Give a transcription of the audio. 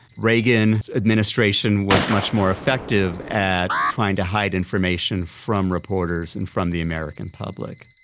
reagan's administration was much more effective at trying to hide information from reporters and from the american public.